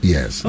Yes